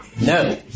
No